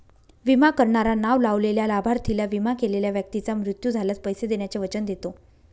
विमा करणारा नाव लावलेल्या लाभार्थीला, विमा केलेल्या व्यक्तीचा मृत्यू झाल्यास, पैसे देण्याचे वचन देतो